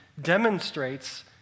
demonstrates